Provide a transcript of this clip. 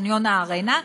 קניון ארנה,